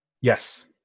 Yes